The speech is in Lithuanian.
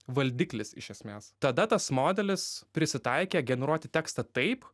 valdiklis iš esmės tada tas modelis prisitaikė generuoti tekstą taip